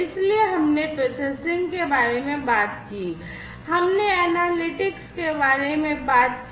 इसलिए हमने प्रोसेसिंग के बारे में बात की हमने एनालिटिक्स के बारे में बात की